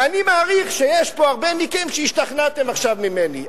ואני מעריך שיש פה הרבה מכם, השתכנעתם עכשיו ממני.